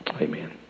amen